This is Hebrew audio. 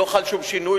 לא חל שום שינוי,